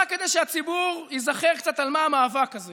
רק כדי שהציבור ייזכר קצת על מה המאבק הזה,